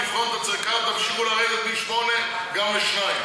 תמשיכו לרדת משמונה גם לשניים.